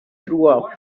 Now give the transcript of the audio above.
through